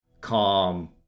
calm